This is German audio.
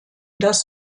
das